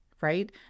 right